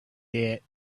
that